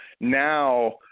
now